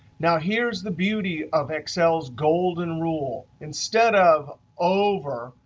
now here's the beauty of excel's golden rule. instead of over,